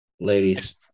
Ladies